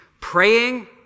praying